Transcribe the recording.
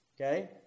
okay